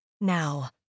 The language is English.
now